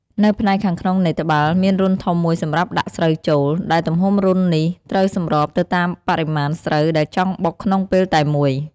នៅផ្នែកខាងក្នុងនៃត្បាល់ មានរន្ធធំមួយសម្រាប់ដាក់ស្រូវចូល ដែលទំហំរន្ធនេះត្រូវសម្របទៅតាមបរិមាណស្រូវដែលចង់បុកក្នុងពេលតែមួយ។